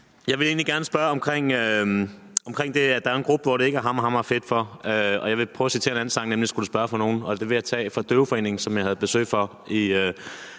Jeg vil egentlig gerne spørge om det, at der er en gruppe, som det ikke er hammerhammerfedt for, og jeg vil prøve at citere en anden sang, nemlig »Skulle du spørge fra nogen«, og det handler om nogle fra Døveforeningen, som jeg havde besøg af